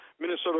Minnesota